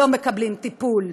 לא מקבלים טיפול.